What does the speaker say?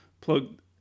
plug